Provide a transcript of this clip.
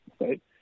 right